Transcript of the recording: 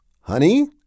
Honey